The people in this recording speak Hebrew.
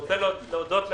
אני רוצה להודות לכולם.